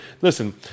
listen